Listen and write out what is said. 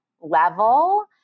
level